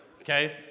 Okay